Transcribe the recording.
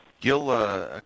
Gil